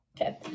okay